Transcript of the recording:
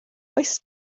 oes